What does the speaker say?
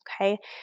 Okay